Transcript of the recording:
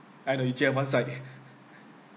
I know it jam one side